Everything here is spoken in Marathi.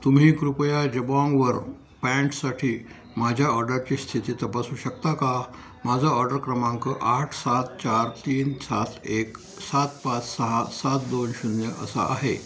तुम्ही कृपया जबाँगवर पँटसाठी माझ्या ऑर्डरची स्थिती तपासू शकता का माझा ऑर्डर क्रमांक आठ सात चार तीन सात एक सात पाच सहा सात दोन शून्य असा आहे